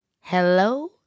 hello